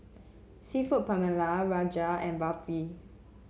seafood Paella Rajma and Barfi